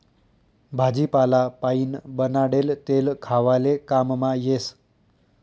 भाजीपाला पाइन बनाडेल तेल खावाले काममा येस